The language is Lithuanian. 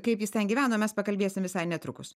kaip jis ten gyveno mes pakalbėsim visai netrukus